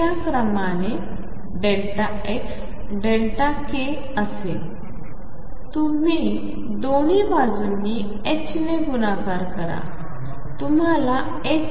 च्याक्रमाने xΔk असेल तुम्ही दोन्ही बाजूंनी ℏ ने गुणाकार करा तुम्हाला ℏ